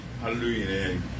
Hallelujah